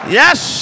yes